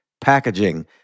packaging